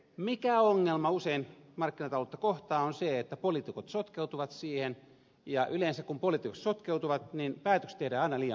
mikä ongelma usein markkinataloutta kohtaa on se että poliitikot sotkeutuvat siihen ja yleensä kun poliitikot sotkeutuvat päätökset tehdään aina liian myöhään